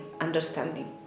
understanding